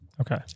okay